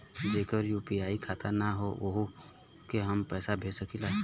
जेकर यू.पी.आई खाता ना होई वोहू के हम पैसा भेज सकीला?